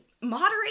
moderate